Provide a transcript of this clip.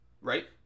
Right